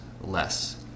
less